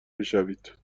بشوند